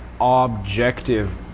objective